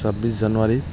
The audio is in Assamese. ছাব্বিছ জানুৱাৰী